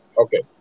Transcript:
Okay